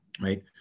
right